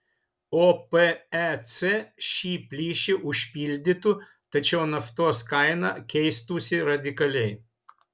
opec šį plyšį užpildytų tačiau naftos kaina keistųsi radikaliai